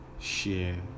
share